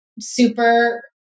super